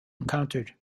encountered